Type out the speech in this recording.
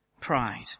pride